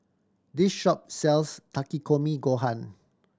this shop sells Takikomi Gohan